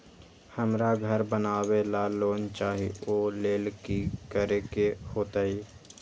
हमरा घर बनाबे ला लोन चाहि ओ लेल की की करे के होतई?